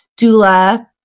doula